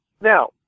Now